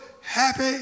happy